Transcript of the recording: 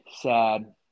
sad